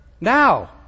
now